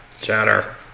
chatter